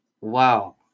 wow